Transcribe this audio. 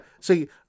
see